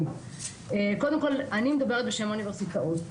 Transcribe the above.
אני מדברת בשם האוניברסיטאות.